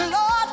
Lord